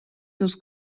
dels